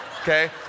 Okay